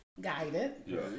Guided